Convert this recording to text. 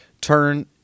turn